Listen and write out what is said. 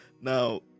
now